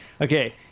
Okay